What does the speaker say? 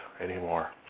anymore